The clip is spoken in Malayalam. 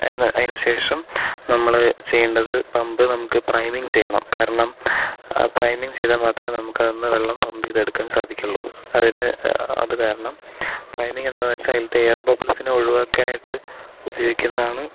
എന്നാൽ അതിനു ശേഷം നമ്മൾ ചെയ്യേണ്ടത് പമ്പ് നമുക്ക് പ്രൈമിങ് ചെയ്യണം കാരണം പ്രൈമിങ് ചെയ്താൽ മാത്രമേ നമുക്ക് അതിൽനിന്ന് വെള്ളം പമ്പ് ചെയ്ത് എടുക്കാൻ സാധിക്കുള്ളൂ അതിന് അത് കാരണം പ്രൈമിങ് എന്താണെന്ന് വെച്ചാൽ അതിലത്തെ എയർ ബബിൾസിനെ ഒഴിവാക്കാനായിട്ട് ഉപയോഗിക്കുന്നതാണ്